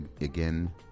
Again